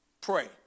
pray